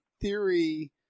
theory